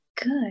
good